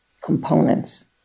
components